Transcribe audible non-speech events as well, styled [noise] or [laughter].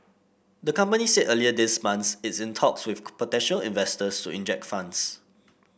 the company said earlier this month it's in talks with [unintelligible] potential investors to inject funds